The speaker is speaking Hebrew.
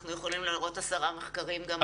אנחנו יכולים להראות עשרה מחקרים שמוכיחים אחרת.